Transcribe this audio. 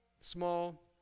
small